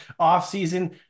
offseason